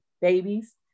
babies